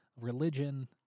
religion